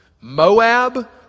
Moab